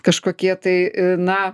kažkokie tai na